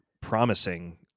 promising